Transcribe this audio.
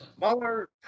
Mueller